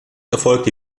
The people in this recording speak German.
erfolgte